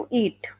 eat